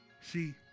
See